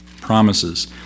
promises